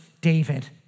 David